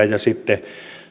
ja sitten